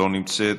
לא נמצאת,